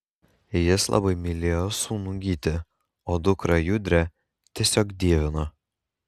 jis labai mylėjo sūnų gytį o dukrą judrę tiesiog dievino